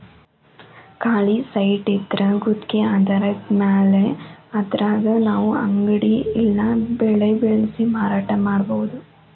ಖಾಲಿ ಸೈಟಿದ್ರಾ ಗುತ್ಗಿ ಆಧಾರದ್ಮ್ಯಾಲೆ ಅದ್ರಾಗ್ ನಾವು ಅಂಗಡಿ ಇಲ್ಲಾ ಬೆಳೆ ಬೆಳ್ಸಿ ಮಾರಾಟಾ ಮಾಡ್ಬೊದು